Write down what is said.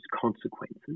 consequences